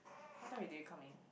what time did they come in